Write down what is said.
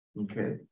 okay